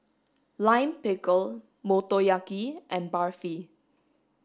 lime pickle motoyaki and Barfi